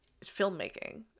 filmmaking